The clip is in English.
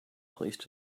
placed